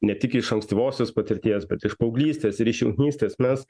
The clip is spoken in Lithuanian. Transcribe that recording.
ne tik iš ankstyvosios patirties bet iš paauglystės ir iš jaunystės mes